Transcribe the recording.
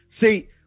See